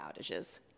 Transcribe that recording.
outages